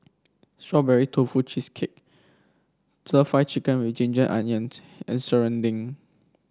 Strawberry Tofu Cheesecake stir Fry Chicken with Ginger Onions and serunding